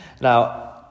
Now